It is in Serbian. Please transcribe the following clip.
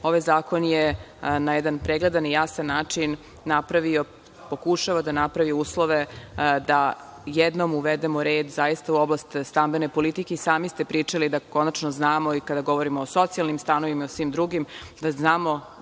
Ovaj zakon je na jedan pregledan i jasan način napravio, pokušava da napravi uslove da jednom uvedemo red, zaista u oblast stambene politike. I sami ste pričali da konačno znamo i kada govorimo o socijalnim stanovima i o svim drugim, da znamo